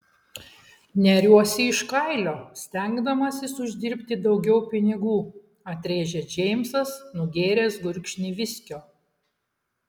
neriuosi iš kailio stengdamasis uždirbti daugiau pinigų atrėžė džeimsas nugėręs gurkšnį viskio